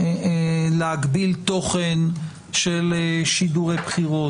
להגביל תוכן של שידורי בחירות?